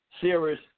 series